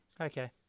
Okay